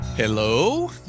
Hello